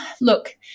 look